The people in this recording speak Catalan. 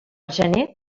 gener